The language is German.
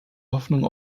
hoffnung